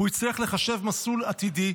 הוא הצליח לחשב מסלול עתידי,